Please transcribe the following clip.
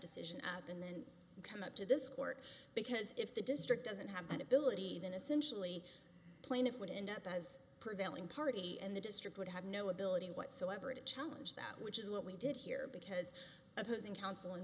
decision and then come up to this court because if the district doesn't have that ability then essentially plaintiff would end up as prevailing party and the district would have no ability whatsoever to challenge that which is what we did here because opposing counsel